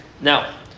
Now